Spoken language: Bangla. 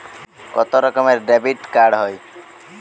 কত রকমের ডেবিটকার্ড হয়?